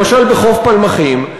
למשל בחוף פלמחים,